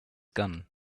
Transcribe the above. gun